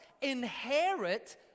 inherit